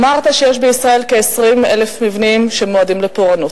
אמרת שיש בישראל כ-20,000 מבנים מועדים לפורענות,